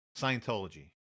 Scientology